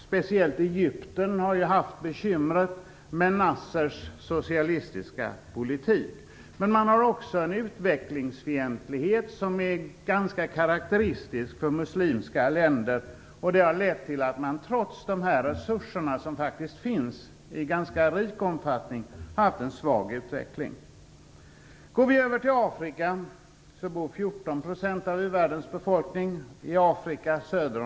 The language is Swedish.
Speciellt Egypten har haft bekymmer med Nassers socialistiska politik. Här finns också en utvecklingsfientlighet som är ganska karakteristisk för muslimska länder. Det har lett till att man, trots de resurser som faktiskt finns i ganska rik omfattning, har haft en svag utveckling. I Afrika söder om Sahara bor 14 % av u-världens befolkning.